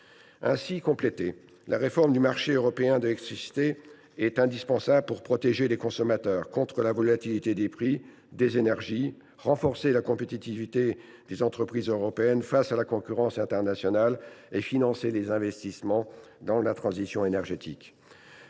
Ainsi complétée, la réforme du marché européen de l’électricité est indispensable pour protéger les consommateurs contre la volatilité des prix des énergies, renforcer la compétitivité des entreprises européennes face à la concurrence internationale et financer les investissements dans la transition énergétique.